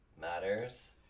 matters